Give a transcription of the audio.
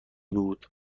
بود